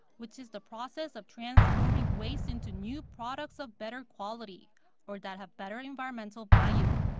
which is the process of transforming waste into new products of better quality or that have better environmental value.